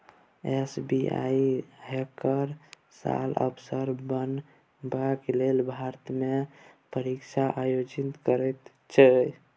SBI हरेक साल अफसर बनबाक लेल भारतमे परीक्षाक आयोजन करैत छै